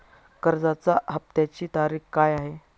कर्जाचा हफ्त्याची तारीख काय आहे?